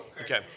Okay